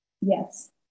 yes